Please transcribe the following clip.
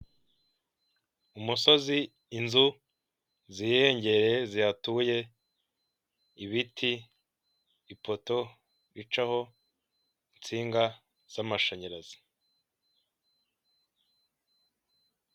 Umusozi, inzu zirengereye zihatuye, ibiti, ipoto ricaho insinga z'amashanyarazi.